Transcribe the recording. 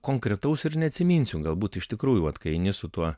konkretaus ir neatsiminsiu galbūt iš tikrųjų vat kai eini su tuo